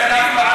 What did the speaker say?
אין אף אחד,